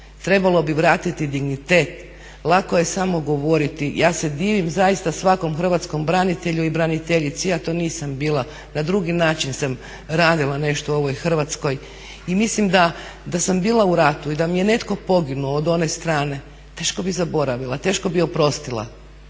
trebalo bi vratiti dignitet. Lako je samo govoriti. Ja se divim zaista svakom hrvatskom branitelju i braniteljici, ja to nisam bila, na drugi način sam radila nešto u ovoj Hrvatskoj i mislim da sam bila u ratu i da mi je netko poginuo od one strane teško bih zaboravila, teško bi oprostila,